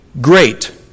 great